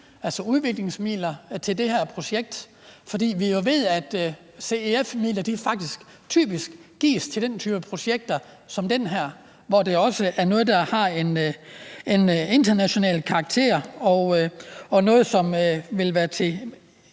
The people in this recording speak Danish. altså udviklingsmidler, til det her projekt. For vi ved jo, at CEF-støtte faktisk typisk gives til den her type projekter, som også er noget, der har en international karakter, og noget, som vil give